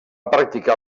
practicar